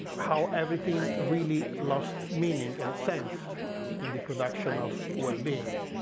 how everything really lost meaning and sense in the production of well being.